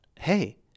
hey